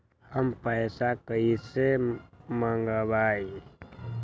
हम पैसा कईसे मंगवाई?